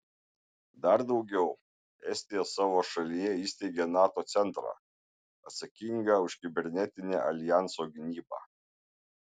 dar daugiau estija savo šalyje įsteigė nato centrą atsakingą už kibernetinę aljanso gynybą